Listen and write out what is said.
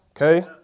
Okay